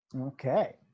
Okay